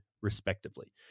respectively